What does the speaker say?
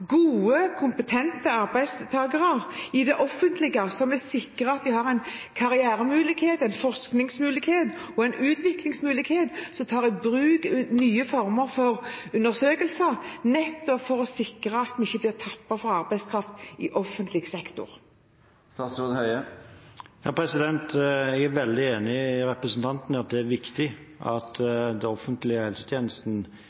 gode, kompetente arbeidstakere i det offentlige som er sikret at de har en karrieremulighet, en forskningsmulighet og en utviklingsmulighet, og som tar i bruk nye former for undersøkelser nettopp for å sikre at vi ikke blir tappet for arbeidskraft i offentlig sektor. Jeg er veldig enig med representanten i at det er viktig at den offentlige helsetjenesten